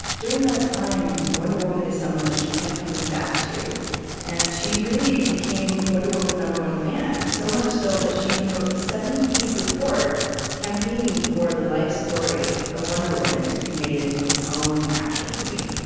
during that time, wonder woman is someone she kept coming back to and she really became wonder woman's number one fan. so much so, that she even wrote a seventy page report campaigning for the life story of wonder woman to be made into its own action movie